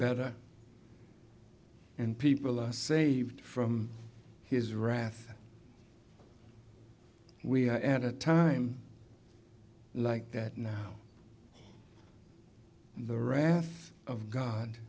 better and people are saved from his wrath we are at a time like that now the wrath of god